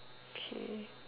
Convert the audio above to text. K